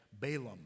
Balaam